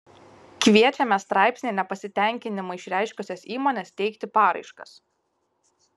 kviečiame straipsnyje nepasitenkinimą išreiškusias įmones teikti paraiškas